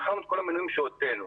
שזה כל המינויים שהוצאנו.